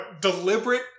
deliberate